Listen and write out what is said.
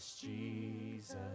Jesus